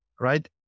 right